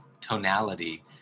tonality